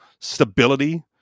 stability